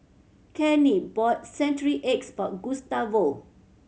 Kenney bought century eggs for Gustavo